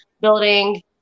Building